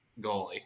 goalie